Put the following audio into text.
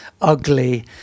ugly